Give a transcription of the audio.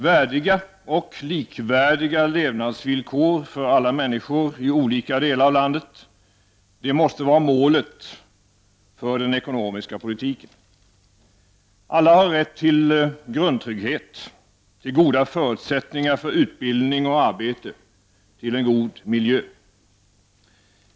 Värdiga och likvärdiga levnadsvillkor för alla människor i olika delar av landet måste vara målet för den ekonomiska politiken. Alla har rätt till grundtrygghet, till goda förutsättningar för utbildning och arbete, till en god miljö.